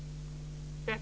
Det är bra!